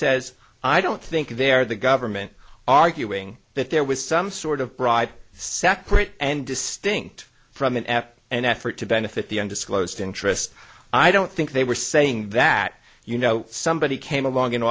says i don't think they're the government arguing that there was some sort of pride separate and distinct from an app an effort to benefit the undisclosed interests i don't think they were saying that you know somebody came along and